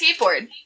skateboard